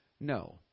No